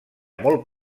molt